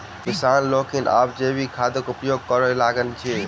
किसान लोकनि आब जैविक खादक उपयोग करय लगलाह अछि